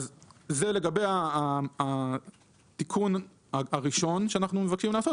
זה לגבי התיקון הראשון שאנחנו מבקשים לעשות.